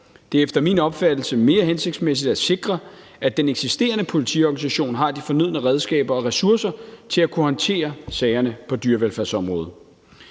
Det er efter min opfattelse mere hensigtsmæssigt at sikre, at den eksisterende politiorganisation har de fornødne redskaber og ressourcer til at kunne håndtere sagerne på dyrevelfærdsområdet.